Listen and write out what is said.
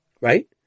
right